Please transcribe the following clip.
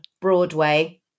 Broadway